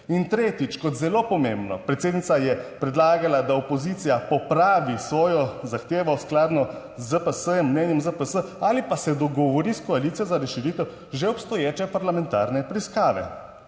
In tretjič, kot zelo pomembno, predsednica je predlagala, da opozicija popravi svojo zahtevo skladno z ZPS, mnenjem ZPS ali pa se dogovori s koalicijo za razširitev že obstoječe parlamentarne preiskave.